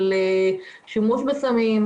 של שימוש בסמים,